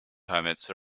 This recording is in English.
permits